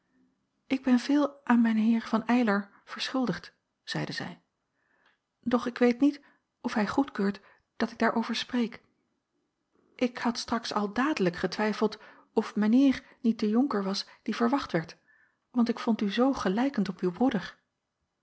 ik ben veel aan mijn heer van eylar verschuldigd zeide zij doch ik weet niet of hij goedkeurt dat ik daarover spreek ik had straks al dadelijk getwijfeld of mijn heer niet de jonker was die verwacht werd want ik vond u zoo gelijkend op uw broeder